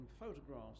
photographs